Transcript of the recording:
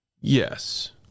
Yes